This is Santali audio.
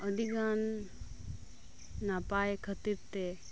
ᱟᱹᱰᱤ ᱜᱟᱱ ᱱᱟᱯᱟᱭ ᱠᱷᱟᱹᱛᱤᱨ ᱛᱮ